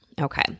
Okay